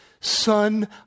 son